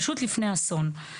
פשוט לפני אסון.